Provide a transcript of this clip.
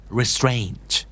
restraint